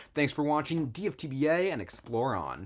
thanks for watching, dftba, and explore on.